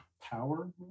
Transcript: Power